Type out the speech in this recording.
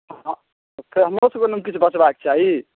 हँ फेर हमरोसभकेँ ने किछु बचबाक चाही